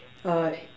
uh